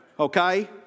Okay